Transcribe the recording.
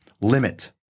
limit